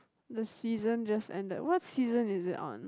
the season just ended what season is it on